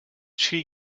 she